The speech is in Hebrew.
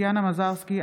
טטיאנה מזרסקי,